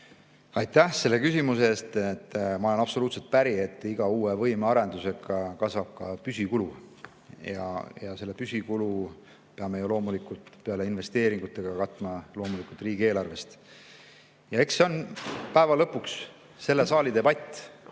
Aitäh selle küsimuse eest! Ma olen absoluutselt päri, et iga uue võimearendusega kasvab ka püsikulu ja selle püsikulu peame peale investeeringute katma loomulikult riigieelarvest. Eks see ole päeva lõpuks selle saali debatt,